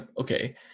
Okay